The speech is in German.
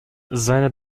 seine